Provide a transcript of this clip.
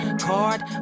card